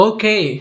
Okay